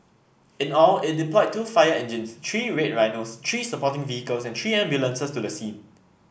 in all it deployed two fire engines three Red Rhinos three supporting vehicles and three ambulances to the scene